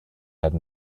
had